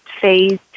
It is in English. phase